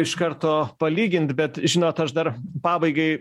iš karto palygint bet žinot aš dar pabaigai